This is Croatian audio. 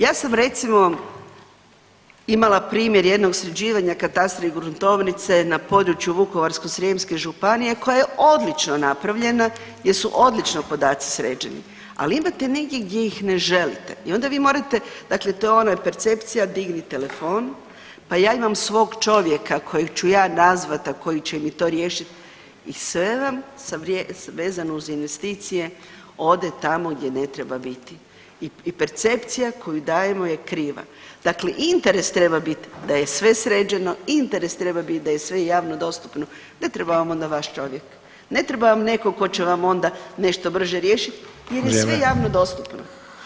Ja sam recimo imala primjer jednog sređivanja katastra i gruntovnice na području Vukovarsko-srijemske županije koja je odlično napravljena gdje su odlično podaci sređeni, ali imate negdje gdje ih ne želite i onda vi morate, dakle to je ona percepcija digni telefon, pa ja imam svog čovjeka kojeg ću ja nazvat, a koji će mi to riješit i sve vam vezano uz investicije ode tamo gdje ne treba biti i percepcija koju dajemo je kriva, dakle interes treba bit da je sve sređeno, interes treba bit da je sve javno dostupno, ne treba vam onda vaš čovjek, ne treba vam neko ko će vam onda nešto brže riješit jer je sve javno dostupno.